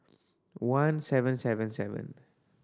one seven seven seven